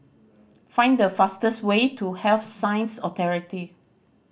find the fastest way to Health Science Authority